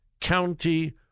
County